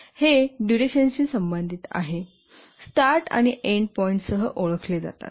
हे डुरेशनशी संबंधित आहेत आणि स्टार्ट आणि एन्डच्या पॉईंटसह ओळखले जातात